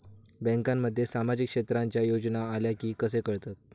बँकांमध्ये सामाजिक क्षेत्रांच्या योजना आल्या की कसे कळतत?